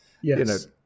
Yes